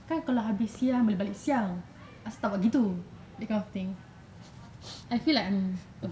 kan kalau habis siang boleh balik siang apesal tak buat gitu that kind of thing I feel like I'm